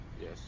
Yes